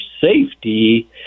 safety